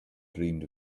dreamed